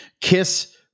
KISS